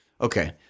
Okay